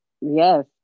Yes